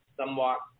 somewhat